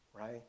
Right